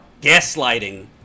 gaslighting